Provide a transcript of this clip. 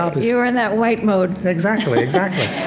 ah you were in that white mode exactly, exactly